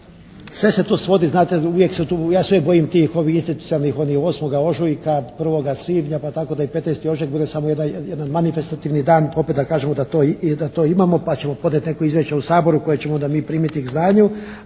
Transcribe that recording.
ja se uvijek bojim tih, ovih isticanja onih 8. ožujka, 1. svibnja pa tako i da 15. ožujak bude samo jedan manifestativni dan. Opet da kažemo da to imamo pa ćemo podnijeti neko izvješće u Saboru koje ćemo onda mi primiti k znanju